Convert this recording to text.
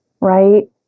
right